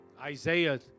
Isaiah